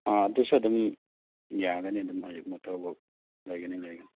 ꯑꯥ ꯑꯗꯨꯁꯨ ꯑꯗꯨꯝ ꯌꯥꯒꯅꯤ ꯑꯗꯨꯝ ꯍꯧꯖꯤꯛ ꯃꯣꯇꯣꯔꯕꯣꯠ ꯂꯩꯒꯅꯤ ꯂꯩꯒꯅꯤ